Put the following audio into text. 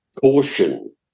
caution